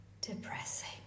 depressing